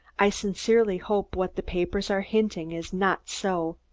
i sincerely hope what the papers are hinting is not so.